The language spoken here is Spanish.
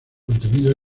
contenido